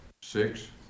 Six